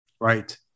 Right